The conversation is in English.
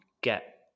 get